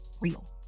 real